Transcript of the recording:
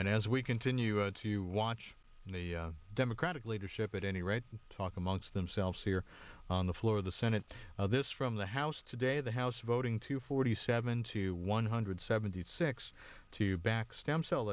and as we continue to watch the democratic leadership at any rate talk amongst themselves here on the floor of the senate this from the house today the house voting to forty seven to one hundred seventy six to back stem cell